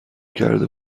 کرده